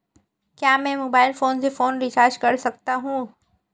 क्या मैं mobile phone से फोन रिचार्ज कर सकता हूं?